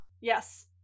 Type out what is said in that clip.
Yes